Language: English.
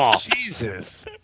Jesus